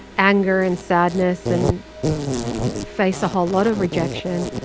anger and sadness and face a whole lot of rejection